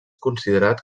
considerat